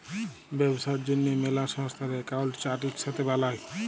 ব্যবসার জ্যনহে ম্যালা সংস্থার একাউল্ট চার্ট ইকসাথে বালায়